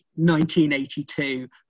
1982